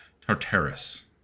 Tartarus